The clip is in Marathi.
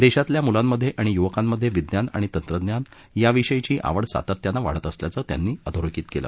देशातल्या मुलांमधे आणि युवकांमधे विज्ञान आणि तंत्रज्ञान याविषयीची आवड सातत्यानं वाढत असल्याचं त्यांनी अधोरेखित केलं